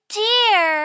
dear